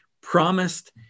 promised